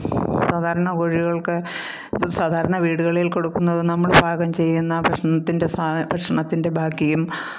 സാധാരണ കോഴികൾക്ക് സാധാരണ വീടുകളിൽ കൊടുക്കുന്നത് നമ്മൾ പാകം ചെയ്യുന്ന ഭക്ഷണത്തിൻ്റെ സാധനം ഭക്ഷണത്തിൻ്റെ ബാക്കിയും